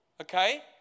okay